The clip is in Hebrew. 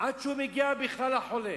עד שהוא מגיע בכלל לחולה,